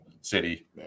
city